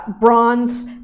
Bronze